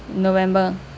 november